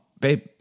babe